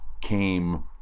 came